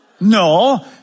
No